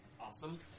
Awesome